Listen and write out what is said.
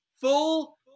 Full